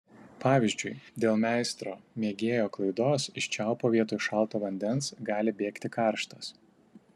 pavyzdžiui dėl meistro mėgėjo klaidos iš čiaupo vietoj šalto vandens gali bėgti karštas